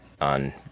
on